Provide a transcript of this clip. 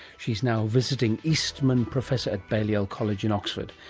she's now visiting eastman professor at balliol college in oxford.